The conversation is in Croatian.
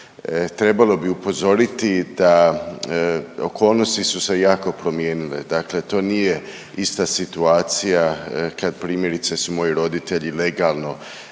trebalo bi upozoriti da okolnosti su se jako promijenile, dakle to nije ista situacija kad primjerice su moji roditelji legalno